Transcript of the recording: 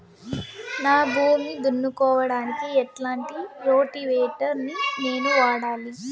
నా భూమి దున్నుకోవడానికి ఎట్లాంటి రోటివేటర్ ని నేను వాడాలి?